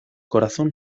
corazón